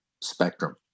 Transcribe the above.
spectrum